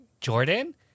Jordan